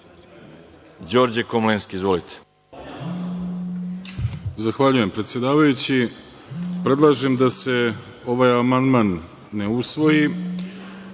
Đorđe Komlenski. Izvolite.